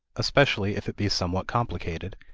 especially if it be somewhat complicated,